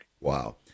Wow